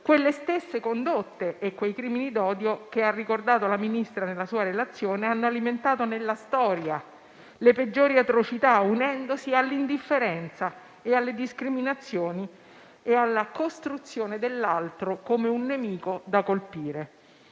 quelle stesse condotte e quei crimini d'odio che ha ricordato la Ministra nella sua relazione e che hanno alimentato nella storia le peggiori atrocità, unendosi all'indifferenza, alle discriminazioni e alla costruzione dell'altro come un nemico da colpire.